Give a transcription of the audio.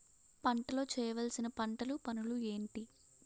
పంటలో చేయవలసిన పంటలు పనులు ఏంటి?